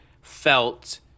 felt